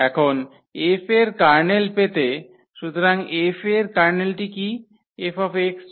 এখন F এর kernel পেতে সুতরাং F এর কার্নেলটি কী ছিল 𝐹xyxt 0